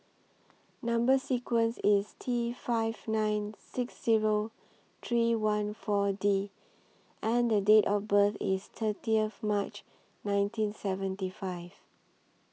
Number sequence IS T five nine six Zero three one four D and The Date of birth IS thirtieth March nineteen seventy five